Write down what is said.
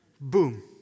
Boom